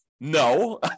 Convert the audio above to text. No